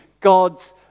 God's